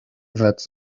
that